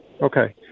Okay